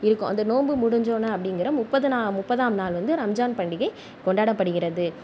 இருக்கும் அந்த நோம்பு முடிஞ்சோன்ன அப்படிங்குற முப்ப்தான் முப்பதாம் நாள் வந்து ரம்ஜான் பண்டிகை கொண்டாடபடுகிறது